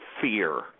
fear